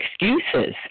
excuses